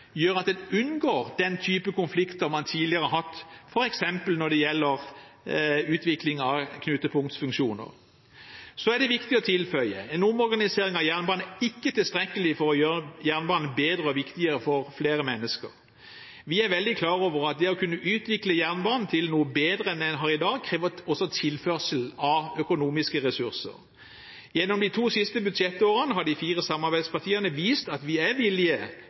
gjør at en unngår den type konflikter man tidligere har hatt f.eks. når det gjelder utvikling av knutepunktsfunksjoner. Så er det viktig å tilføye: En omorganisering av jernbanen er ikke tilstrekkelig for å gjøre jernbanen bedre og viktigere for flere mennesker. Vi er veldig klar over at det å kunne utvikle jernbanen til noe bedre enn en har i dag, også krever tilførsel av økonomiske ressurser. Gjennom de to siste budsjettårene har de fire samarbeidspartiene vist at de er villige